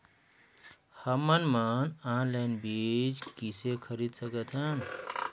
हमन मन ऑनलाइन बीज किसे खरीद सकथन?